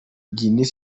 guinea